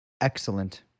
Excellent